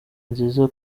nziza